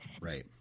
Right